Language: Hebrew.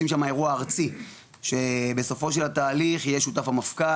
שמה אירוע ארצי שבסופו של התהליך יהיה שותף המפכ"ל,